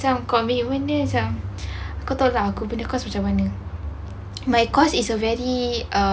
macam commitment dia macam kau tahu tak aku punya course macam mana my course is a very